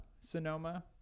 Sonoma